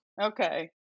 okay